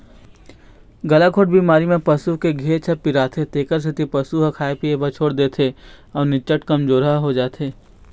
गलाघोंट बेमारी म पसू के घेंच ह पिराथे तेखर सेती पशु ह खाए पिए बर छोड़ देथे अउ निच्चट कमजोरहा हो जाथे